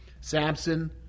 Samson